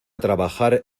trabajar